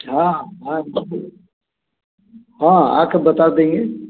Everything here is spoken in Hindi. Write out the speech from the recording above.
हँ हँ हाँ आके बता देंगे